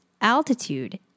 altitude